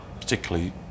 particularly